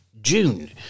june